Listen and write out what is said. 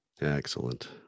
excellent